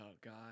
God